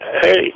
hey